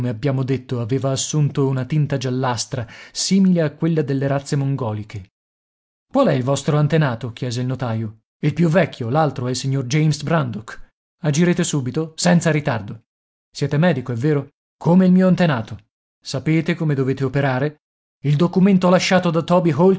abbiamo detto aveva assunto una tinta giallastra simile a quella delle razze mongoliche qual è il vostro antenato chiese il notaio il più vecchio l'altro è il signor james brandok agirete subito senza ritardo siete medico è vero come il mio antenato sapete come dovete operare il documento lasciato da toby